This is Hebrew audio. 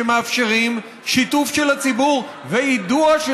שמאפשרים שיתוף של הציבור ויידוע של